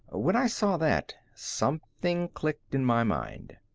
when i saw that, something clicked in my mind.